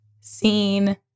seen